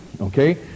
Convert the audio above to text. okay